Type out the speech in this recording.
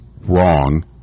wrong